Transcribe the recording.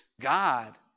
God